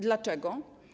Dlaczego?